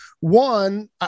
one